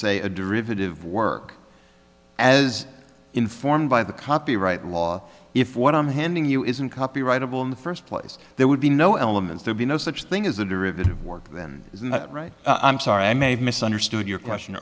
say a derivative work as informed by the copyright law if what i'm handing you isn't copyrightable in the first place there would be no elements there be no such thing as a derivative work then isn't that right i'm sorry i may have misunderstood your question